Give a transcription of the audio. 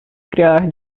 criar